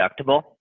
deductible